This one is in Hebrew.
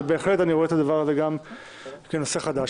אני בהחלט רואה בדבר הזה גם כנושא חדש.